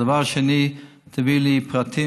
דבר שני, תביאי לי פרטים,